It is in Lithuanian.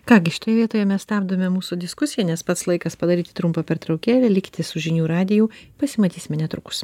ką gi šitoje vietoje mes stabdome mūsų diskusiją nes pats laikas padaryti trumpą pertraukėlę likite su žinių radiju pasimatysime netrukus